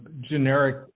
generic